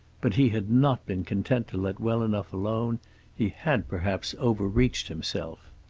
but he had not been content to let well enough alone he had perhaps overreached himself.